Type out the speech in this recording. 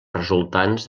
resultants